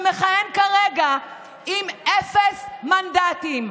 שמכהן כרגע עם אפס מנדטים.